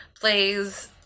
plays